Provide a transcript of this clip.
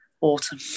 autumn